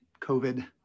COVID